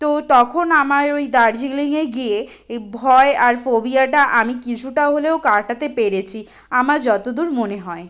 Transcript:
তো তখন আমায় ওই দার্জিলিংয়ে গিয়ে এই ভয় আর ফোবিয়াটা আমি কিছুটা হলেও কাটাতে পেরেছি আমার যতো দূর মনে হয়